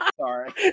Sorry